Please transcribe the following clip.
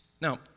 Now